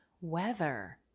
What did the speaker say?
weather